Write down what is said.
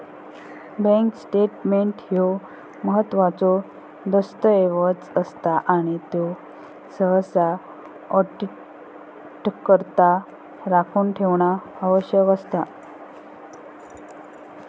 bank statement ह्यो महत्त्वाचो दस्तऐवज असता आणि त्यो सहसा ऑडिटकरता राखून ठेवणा आवश्यक असता